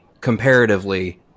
comparatively